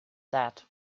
that